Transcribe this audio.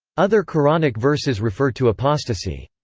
other qur'anic verses refer to apostasy.